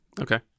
Okay